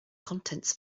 contents